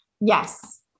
Yes